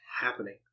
happening